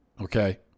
Okay